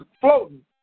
floating